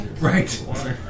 Right